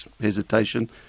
hesitation